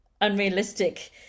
unrealistic